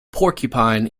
porcupine